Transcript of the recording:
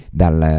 dal